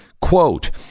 Quote